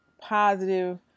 positive